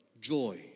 joy